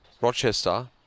Rochester